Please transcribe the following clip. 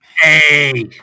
Hey